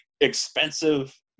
expensive